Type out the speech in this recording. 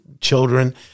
children